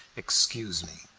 excuse me,